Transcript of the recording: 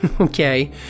okay